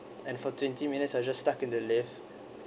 and for twenty minutes I just stuck in the lift